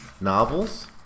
novels